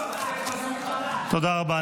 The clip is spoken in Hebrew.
תודה רבה.